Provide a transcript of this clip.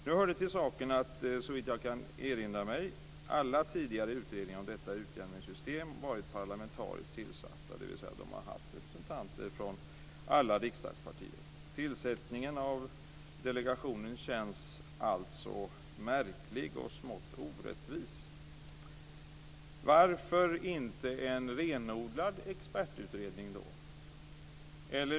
Nu hör det till saken att alla tidigare utredningar om detta utjämningssystem såvitt jag kan erinra mig har varit parlamentariskt tillsatta, dvs. de har haft representanter från alla riksdagspartier. Tillsättningen av delegationen känns alltså märklig och smått orättvis. Varför inte en renodlad expertutredning då?